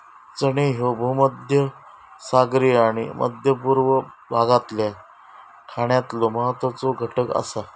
चणे ह्ये भूमध्यसागरीय आणि मध्य पूर्व भागातल्या खाण्यातलो महत्वाचो घटक आसा